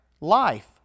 life